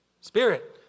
Spirit